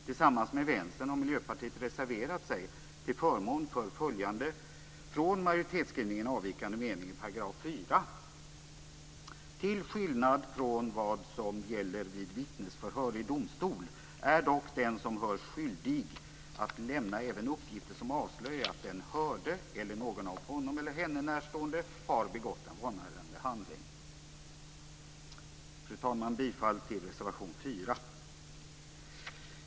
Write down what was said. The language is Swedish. Tillsammans med Vänstern har Miljöpartiet reserverat sig till förmån för följande från majoritetsskrivningen avvikande mening i § 4: "Till skillnad från vad som gäller vid vittnesförhör i domstol är dock den som hörs skyldig att lämna även uppgifter som avslöjar att den hörde eller någon av honom eller henne närstående har begått en vanärande handling." Fru talman! Bifall till reservation 4.